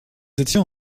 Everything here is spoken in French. étions